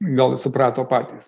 gal suprato patys